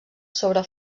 sobre